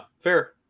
fair